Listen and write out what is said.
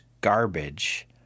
garbage